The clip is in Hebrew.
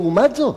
לעומת זאת,